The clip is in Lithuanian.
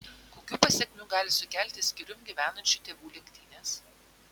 kokių pasekmių gali sukelti skyrium gyvenančių tėvų lenktynės